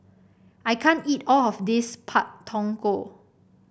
I can't eat all of this Pak Thong Ko